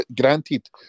granted